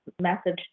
message